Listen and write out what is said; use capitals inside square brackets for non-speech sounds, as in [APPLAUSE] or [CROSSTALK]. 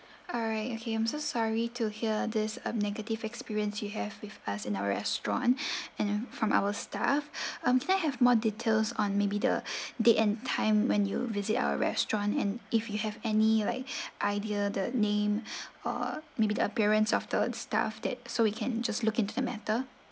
alright okay I'm so sorry to hear this uh negative experience you have with us in our restaurant [BREATH] and from our staff [BREATH] um can I have more details on maybe the [BREATH] date and time when you visit our restaurant and if you have any like [BREATH] idea the name [BREATH] or maybe the appearance of the staff that so we can just look into the matter